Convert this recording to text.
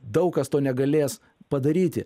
daug kas to negalės padaryti